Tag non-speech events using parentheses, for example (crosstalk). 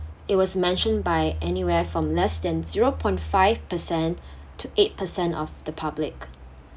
it was mentioned by anywhere from less than zero point five percent (breath) to eight percent of the public